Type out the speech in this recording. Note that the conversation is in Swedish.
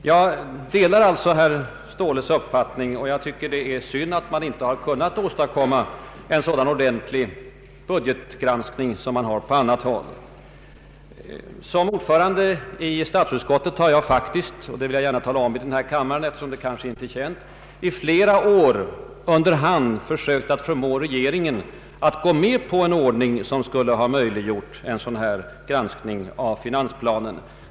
Jag delar således herr Ståhles uppfattning och tycker att det är synd att vi inte har kunnat åstadkomma samma budgetgranskning som i andra länder. Som ordförande i statsutskottet har jag faktiskt — det vill jag gärna tala om i denna kammare, eftersom det kanske inte är känt — i flera år under hand sökt förmå regeringen att gå med på en ordning som skulle ha möjliggjort en sådan granskning av och debatt om finansplanen.